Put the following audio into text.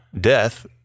death